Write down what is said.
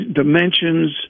dimensions